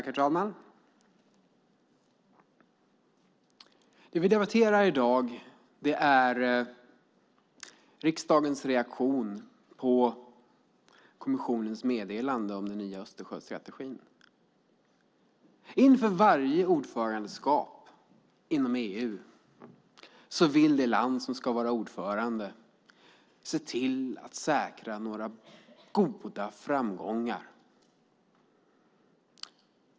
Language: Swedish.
Herr talman! Det vi nu debatterar är riksdagens reaktion på kommissionens meddelande om den nya Östersjöstrategin. Inför varje ordförandeskap inom EU vill det land som ska vara ordförandeland se till att säkra några goda framgångar.